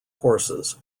horses